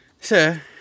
Sir